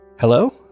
Hello